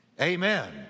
amen